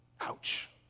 Ouch